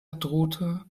drohte